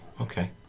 okay